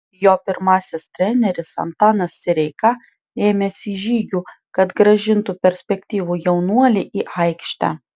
jo pirmasis treneris antanas sireika ėmėsi žygių kad grąžintų perspektyvų jaunuolį į aikštę